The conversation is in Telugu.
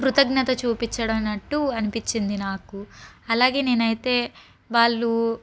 కృతజ్ఞత చూపించడం అన్నట్టు అనిపించింది నాకు అలాగే నేను అయితే వాళ్ళు